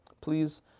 Please